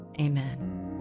Amen